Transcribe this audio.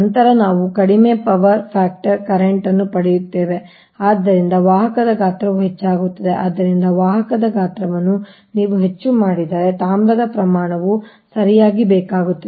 ನಂತರ ನಾವು ಕಡಿಮೆ ಪವರ್ ಫ್ಯಾಕ್ಟರ್ ಕರೆಂಟ್ ಅನ್ನು ಪಡೆಯುತ್ತೇವೆ ಆದ್ದರಿಂದ ವಾಹಕದ ಗಾತ್ರವು ಹೆಚ್ಚಾಗುತ್ತದೆ ಆದ್ದರಿಂದ ವಾಹಕದ ಗಾತ್ರವನ್ನು ನೀವು ಹೆಚ್ಚು ಮಾಡಿದರೆ ತಾಮ್ರದ ಪ್ರಮಾಣವು ಸರಿಯಾಗಿ ಬೇಕಾಗುತ್ತದೆ